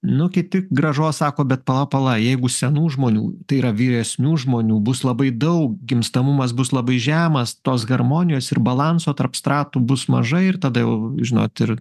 nu kiti grąžos sako bet pala pala jeigu senų žmonių tai yra vyresnių žmonių bus labai daug gimstamumas bus labai žemas tos harmonijos ir balanso tarp stratų bus mažai ir tada jau žinot ir